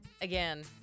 again